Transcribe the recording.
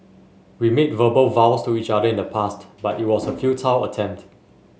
we made verbal vows to each other in the past but it was a futile attempt